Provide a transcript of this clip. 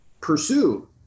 pursue